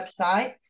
website